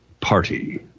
Party